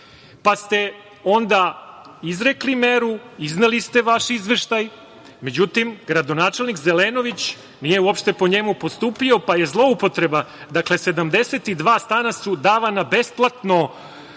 pa ste onda izrekli meru, izneli ste vaš izveštaj. Međutim, gradonačelnik Zelenović nije uopšte po njemu postupio, pa je zloupotreba, 72 stana su davana besplatno